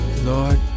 Lord